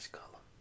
color